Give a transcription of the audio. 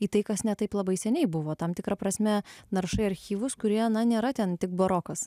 į tai kas ne taip labai seniai buvo tam tikra prasme naršai archyvus kurie na nėra ten tik barokas